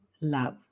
love